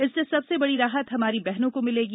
इससे सबसे बड़ी राहत हमारी बहनों को मिलेगी